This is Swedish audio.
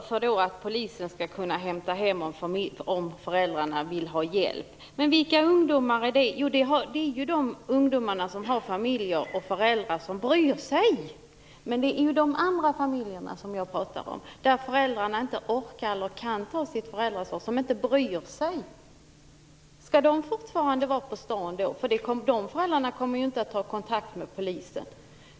Polisen skall kunna hämta hem ungdomarna om föräldrarna vill ha hjälp. Vilka ungdomar gäller det? Det är ju de ungdomar som har familjer och föräldrar som bryr sig. Det är de andra familjerna som jag pratar om, där föräldrarna inte orkar eller kan ta sitt föräldraansvar och inte bryr sig. Skall de ungdomarna fortsätta att vara ute på stan? De föräldrarna kommer ju inte att ta kontakt med polisen.